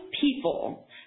people